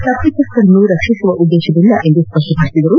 ತಪಿತಸ್ಥರನ್ನು ರಕ್ಷಿಸುವ ಉದ್ದೇಶವಿಲ್ಲ ಎಂದು ಸ್ಪ ಷ್ವಪದಿಸಿದರು